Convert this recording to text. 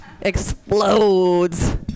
explodes